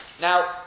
Now